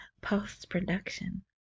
post-production